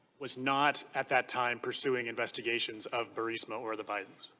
was not at that time pursuing investigations of burisma or the biden's.